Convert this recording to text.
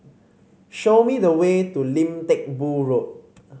show me the way to Lim Teck Boo Road